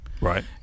Right